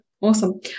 Awesome